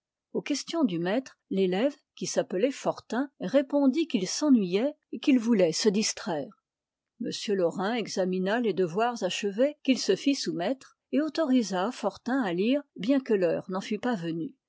aux questions du maître l'élève qui s'appelait fortin répondit qu'il s'ennuyait et voulait se distraire m laurin examina les devoirs achevés qu'il se fit soumettre et autorisa fortin à lire bien que l'heure n'en fût pas venue